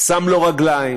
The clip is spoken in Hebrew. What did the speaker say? שם לו רגליים,